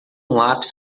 lápis